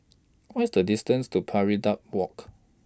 What IS The distance to Pari Walk